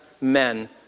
men